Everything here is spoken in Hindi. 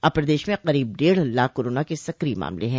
अब प्रदेश में करीब डेढ़ लाख कोरोना के सक्रिय मामले हैं